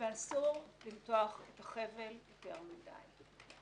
אסור למתוח את החבל יותר מדיי.